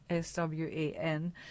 SWAN